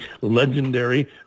legendary